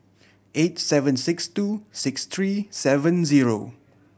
eight seven six two six three seven zero